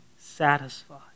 satisfied